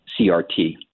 CRT